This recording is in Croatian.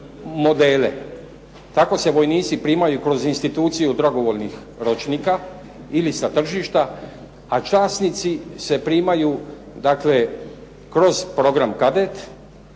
Tako se vojnici primaju kroz instituciju dragovoljnih ročnika ili sa tržišta, a časnici se primaju dakle kroz program "Kadet"